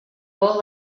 bull